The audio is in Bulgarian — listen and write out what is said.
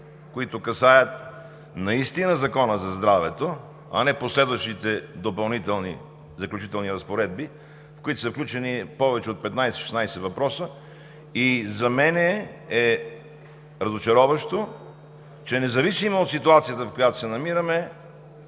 които касаят наистина Закона за здравето, а не последващите допълнителни – Заключителни разпоредби, в които са включени повече от 15 – 16 въпроса. За мен е разочароващо, че независимо от ситуацията, в която се намираме,